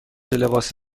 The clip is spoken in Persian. لباس